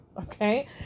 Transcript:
Okay